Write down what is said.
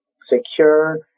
secure